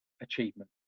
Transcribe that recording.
achievement